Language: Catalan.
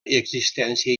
existència